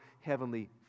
heavenly